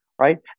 Right